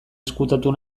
ezkutatu